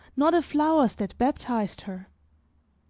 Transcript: nor the flowers that baptized her.